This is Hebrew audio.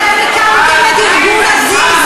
את גזענית, אתם הקמתם את ארגון Aziz,